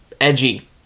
Edgy